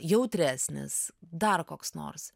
jautresnis dar koks nors